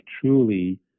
truly